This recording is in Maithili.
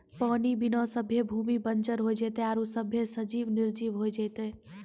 पानी बिना सभ्भे भूमि बंजर होय जेतै आरु सभ्भे सजिब निरजिब होय जेतै